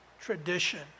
tradition